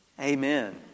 Amen